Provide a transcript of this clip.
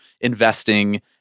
investing